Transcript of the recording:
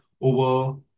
over